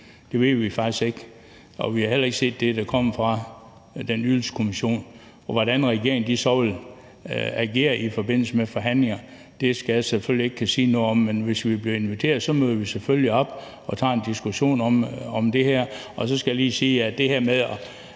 Det ved vi faktisk ikke, og vi har heller ikke set det, der kommer fra Ydelseskommissionen. Hvordan regeringen vil agere i forbindelse med forhandlinger, skal jeg selvfølgelig ikke kunne sige noget om, men hvis vi bliver inviteret, møder vi selvfølgelig op og tager en diskussion om det her. Så skal jeg lige sige noget til det her med at